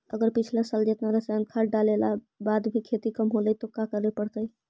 अगर पिछला साल जेतना रासायन डालेला बाद भी खेती कम होलइ तो का करे पड़तई?